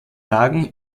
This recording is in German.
lagen